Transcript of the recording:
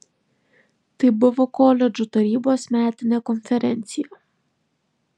tai buvo koledžų tarybos metinė konferencija